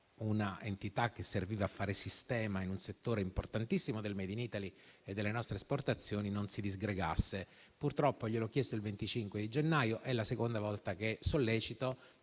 una entità che serviva a fare sistema in un settore importantissimo del *made in Italy* e delle nostre esportazioni, non si disgregasse. Purtroppo gli ho posto tali quesiti il 25 gennaio ed è la seconda volta che sollecito.